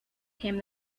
came